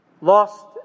lost